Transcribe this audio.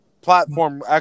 platform